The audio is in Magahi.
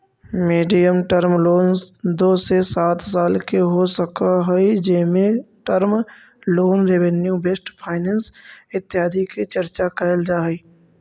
मीडियम टर्म लोन दो से सात साल के हो सकऽ हई जेमें term loan revenue based finance इत्यादि के चर्चा कैल जा हई